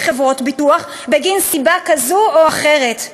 חברות הביטוח בגין סיבה כזו או אחרת.